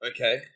Okay